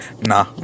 Nah